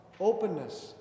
openness